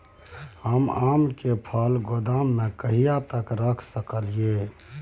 हम आम के फल गोदाम में कहिया तक रख सकलियै?